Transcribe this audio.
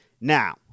Now